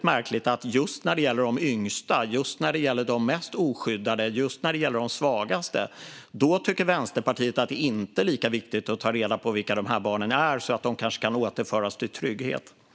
Men just när det gäller de yngsta, de mest oskyddade, de svagaste, tycker Vänsterpartiet att det inte är lika viktigt att ta reda på vilka de är, så att de kanske kan återföras till trygghet. Det är väldigt märkligt.